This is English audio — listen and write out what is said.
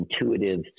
intuitive